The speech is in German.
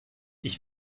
ich